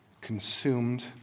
consumed